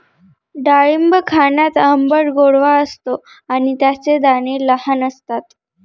डाळिंब खाण्यात आंबट गोडवा असतो आणि त्याचे दाणे लहान असतात